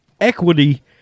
Equity